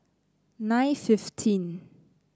nine fifteen